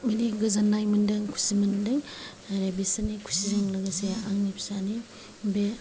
माने गोजोननाय मोन्दों खुसि मोन्दों आरो बिसोरनि खुसिजों लोगोसे आंनि फिसानि बे